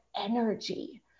energy